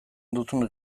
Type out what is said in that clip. duzun